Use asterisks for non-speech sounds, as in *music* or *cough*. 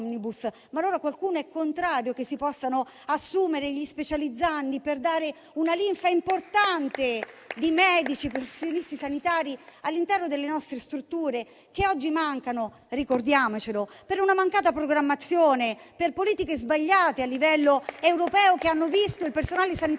ma allora qualcuno è contrario che si possano assumere gli specializzandi per dare una linfa importante *applause* di medici e professionisti sanitari all'interno delle nostre strutture che oggi mancano - ricordiamocelo - per l'assenza di una programmazione e per politiche sbagliate a livello europeo, che hanno visto il personale sanitario